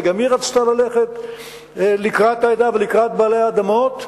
וגם היא רצתה ללכת לקראת העדה ולקראת בעלי האדמות.